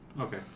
Okay